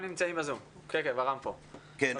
קודם כול,